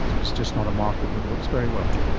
it's just not a market that works very well?